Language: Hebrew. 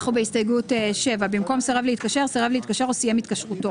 הסתייגות מספר 124. במקום "כאפליה כאמור" יבוא "תיחשב למפלה".